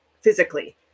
physically